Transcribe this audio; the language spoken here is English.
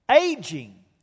aging